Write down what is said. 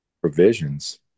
Provisions